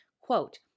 Quote